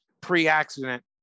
pre-accident